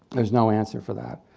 there's no answer for that.